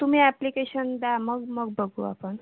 तुम्ही अॅप्लिकेशन द्या मग मग बघू आपण